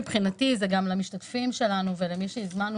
מבחינתי זה גם למשתתפים שלנו ולמי שהזמנו